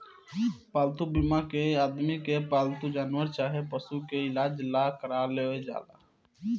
पालतू बीमा के आदमी के पालतू जानवर चाहे पशु के इलाज ला करावल जाला